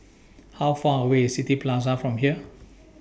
How Far away IS City Plaza from here